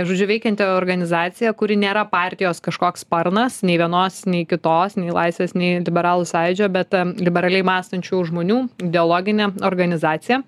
žodžiu veikianti organizacija kuri nėra partijos kažkoks sparnas nei vienos nei kitos nei laisvės nei liberalų sąjūdžio bet liberaliai mąstančių žmonių dialoginė organizacija